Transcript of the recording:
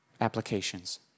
applications